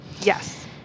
Yes